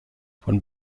von